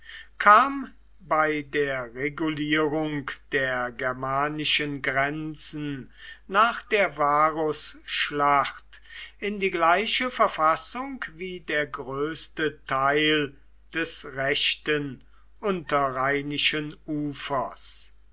kam bei der regulierung der germanischen grenzen nach der varusschlacht in die gleiche verfassung wie der größte teil des rechten unterrheinischen ufers